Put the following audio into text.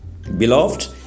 Beloved